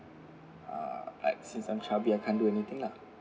uh like since I'm chubby I can't do anything lah